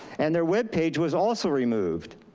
and their webpage was also removed.